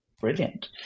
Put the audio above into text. brilliant